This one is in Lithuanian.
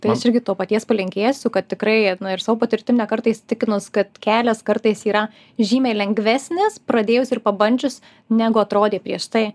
tai aš irgi to paties palinkėsiu kad tikrai nu ir savo patirtim ne kartą įsitikinus kad kelias kartais yra žymiai lengvesnis pradėjus ir pabandžius negu atrodė prieš tai